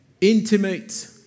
intimate